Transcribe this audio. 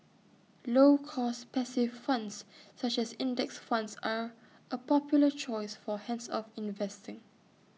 low cost passive funds such as index funds are A popular choice for hands off investing